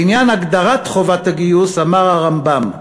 לעניין הגדרת חובת הגיוס אמר הרמב"ם: